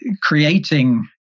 creating